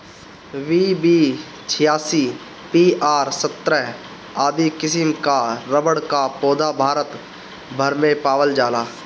PB छियासी, PR सत्रह आदि किसिम कअ रबड़ कअ पौधा भारत भर में पावल जाला